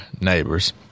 neighbors